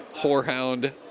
Whorehound